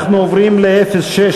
אנחנו עוברים ל-06,